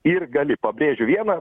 ir gali pabrėžiu vieną